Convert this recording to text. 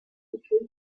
because